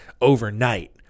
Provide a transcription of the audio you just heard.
overnight